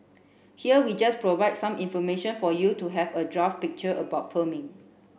here we just provide some information for you to have a draft picture about perming